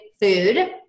food